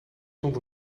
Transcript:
zond